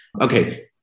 Okay